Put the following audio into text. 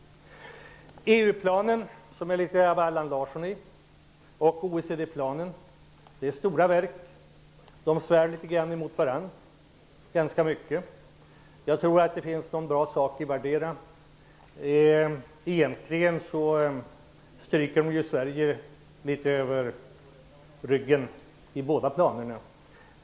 Det är inte EU-planen, som det är litet av Allan Larsson i, och OECD-planen är stora verk. De svär ganska mycket emot varandra. Jag tror att det finns någon bra sak i vardera. Egentligen stryker man Sverige litet grand över ryggen i båda planerna.